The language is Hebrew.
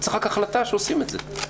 צריך רק החלטה שעושים את זה.